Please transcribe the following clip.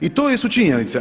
I to su činjenice.